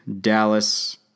Dallas